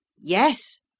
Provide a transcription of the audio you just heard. yes